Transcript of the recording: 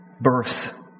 Birth